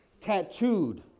tattooed